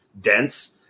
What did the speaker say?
dense